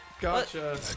Gotcha